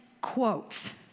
quotes